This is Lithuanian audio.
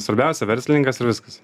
svarbiausia verslininkas ir viskas